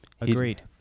agreed